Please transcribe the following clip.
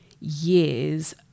years